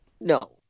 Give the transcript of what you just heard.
No